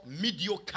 Mediocre